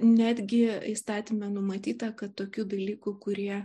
netgi įstatyme numatyta kad tokių dalykų kurie